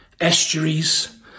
estuaries